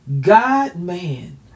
God-man